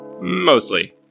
Mostly